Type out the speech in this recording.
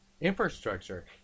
Infrastructure